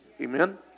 Amen